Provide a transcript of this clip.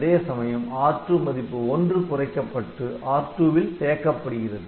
அதேசமயம் R2 மதிப்பு '1' குறைக்கப்பட்டு R2 வில் தேக்கப்படுகிறது